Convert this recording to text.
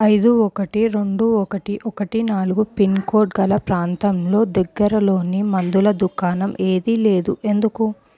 ఐదు ఒకటి రెండు ఒకటి ఒకటి నాలుగు పిన్కోడ్గల ప్రాంతంలో దగ్గరలోని మందుల దుకాణం ఏదీ లేదు ఎందుకు